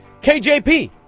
KJP